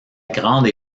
grande